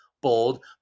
bold